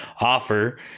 offer